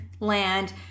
Land